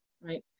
right